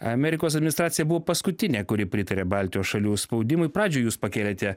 amerikos administracija buvo paskutinė kuri pritaria baltijos šalių skaudimui pradžioj jūs pakėlėte